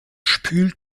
spült